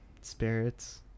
spirits